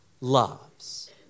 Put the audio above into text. loves